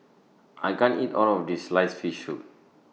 I can't eat All of This Sliced Fish Soup